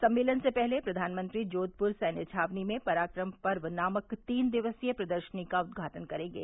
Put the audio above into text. सम्मेलन से पहले प्रधानमंत्री जोधपुर सैन्य छावनी में पराक्रम पर्व नामक तीन दिक्सीय प्रदर्शनी का उदघाटन करेंगे